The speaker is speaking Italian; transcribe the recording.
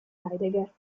heidegger